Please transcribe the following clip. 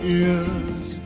ears